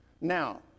Now